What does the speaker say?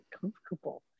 comfortable